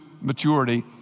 maturity